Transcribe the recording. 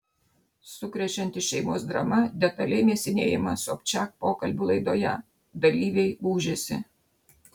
sukrečianti šeimos drama detaliai mėsinėjama sobčiak pokalbių laidoje dalyviai gūžiasi